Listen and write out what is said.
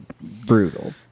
brutal